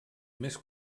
més